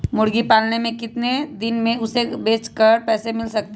मुर्गी पालने से कितने दिन में हमें उसे बेचकर पैसे मिल सकते हैं?